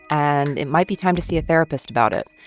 and it might be time to see a therapist about it.